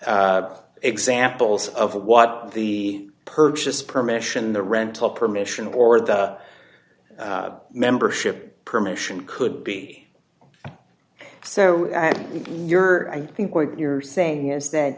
examples of what the purchase permission the rental permission or the membership permission could be so your i think what you're saying is that